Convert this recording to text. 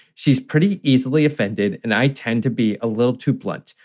she's pretty easily offended and i tend to be a little too blunt.